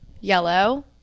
yellow